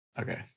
Okay